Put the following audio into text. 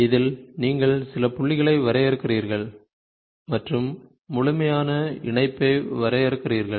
இதில் நீங்கள் சில புள்ளிகளை வரையறுக்கிறீர்கள் மற்றும் முழுமையான இணைப்பை வரையறுக்கிறீர்கள்